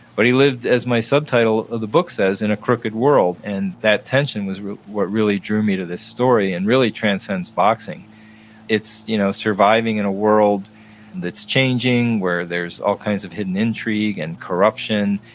but he lived, as my subtitle of the book says, in a crooked world, and that tension was what really drew me to this story and really transcends boxing it's you know surviving in a world that's changing, where there's all kinds of hidden intrigue and corruption,